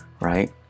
right